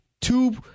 two